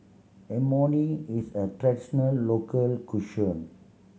imoni is a traditional local cuisine